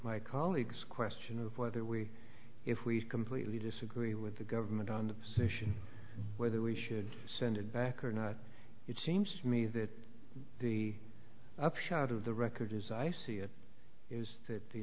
my colleagues question of whether we if we completely disagree with the government on the station whether we should send it back or not it seems to me that the upshot of the record as i see it is that the